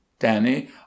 Danny